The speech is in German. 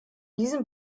diesem